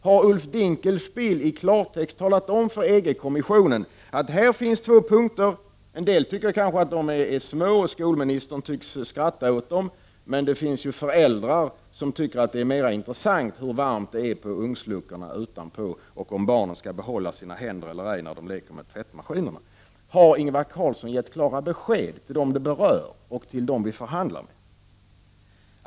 Har Ulf Dinkelspiel i klartext talat om för EG kommissionen att det här finns två punkter där Sverige har andra krav? En del tycker kanske att de här punkterna är små, och skolministern verkar skratta åt dem. Föräldrarna tycker däremot att det är mycket viktigt hur varmt det är utanpå ugnsluckan och om barnen kommer att kunna behålla sina händer eller ej när de leker med tvättmaskinen. Har Ingvar Carlsson gett klara besked till dem det berör och dem vi förhandlar med?